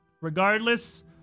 Regardless